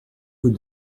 vous